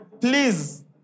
please